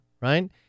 right